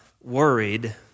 worried